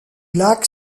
lac